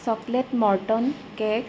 chocolate molten cake